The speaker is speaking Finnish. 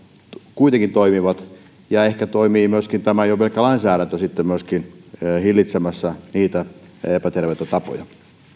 kuitenkin toimivat ja ehkä myöskin jo tämä pelkkä lainsäädäntö on sitten hillitsemässä niitä epäterveitä tapoja